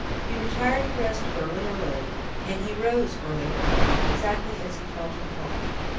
he retired to rest early or late, and he rose early or late, exactly as he felt inclined.